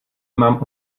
mám